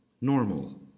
normal